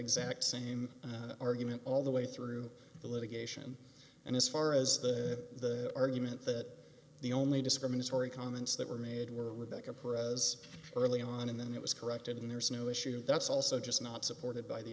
exact same argument all the way through the litigation and as far as the argument that the only discriminatory comments that were made were back up or as early on and then it was corrected and there's no issue that's also just not supported by the